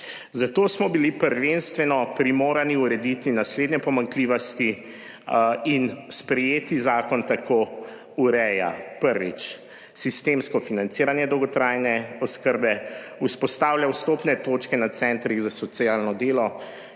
Zato smo bili prvenstveno primorani urediti naslednje pomanjkljivosti in sprejeti zakon tako ureja, prvič, sistemsko financiranje dolgotrajne oskrbe, vzpostavlja vstopne točke na centrih za socialno delo,